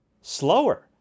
slower